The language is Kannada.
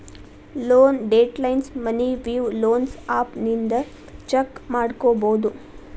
ಲೋನ್ ಡೇಟೈಲ್ಸ್ನ ಮನಿ ವಿವ್ ಲೊನ್ಸ್ ಆಪ್ ಇಂದ ಚೆಕ್ ಮಾಡ್ಕೊಬೋದು